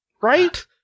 Right